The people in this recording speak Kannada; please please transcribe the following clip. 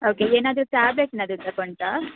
ಓಕೆ ಏನಾದರು ಟ್ಯಾಬ್ಲೆಟ್ ನಡುವೆ ತಗೊಂತ